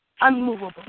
unmovable